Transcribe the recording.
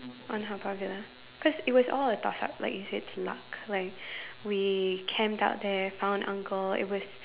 on Haw-Par Villa cause it was all a toss up like you said it's luck like we camped out there found uncle it was